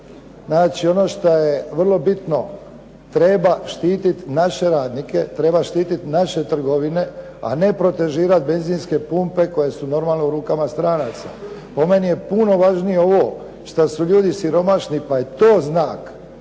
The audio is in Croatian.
Znači ono što je vrlo bitno, treba štititi naše radnike, treba štititi naše trgovine, a ne protežirati benzinske pumpe koje su, normalno, u rukama stranaca. Po meni je puno važnije ovo što su ljudi siromašni pa je to znak